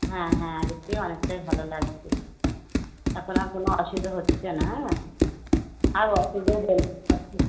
হ্যাঁ হ্যাঁ আগের চেয়ে অনেকটাই ভালো লাগছে এখন আর কোনো অসুবিধা হচ্ছে না হ্যাঁ আর অসুবিধা হলে অসু